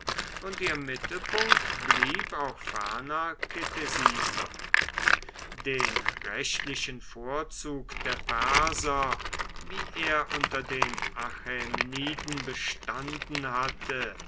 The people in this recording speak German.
und ihr mittelpunkt blieb auch ferner ktesiphon den rechtlichen vorzug der perser wie er unter den achämeniden bestanden hatte